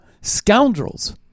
scoundrels